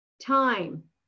Time